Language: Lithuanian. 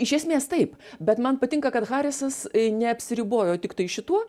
iš esmės taip bet man patinka kad harisas neapsiribojo tiktai šituo